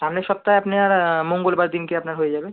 সামনের সপ্তাহে আপনার মঙ্গলবার দিনকে আপনার হয়ে যাবে